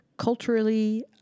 culturally